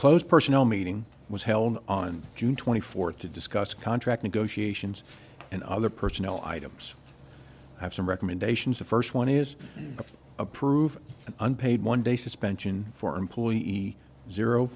close personal meeting was held on june twenty fourth to discuss contract negotiations and other personnel items have some recommendations the first one is approve an unpaid one day suspension for employee zero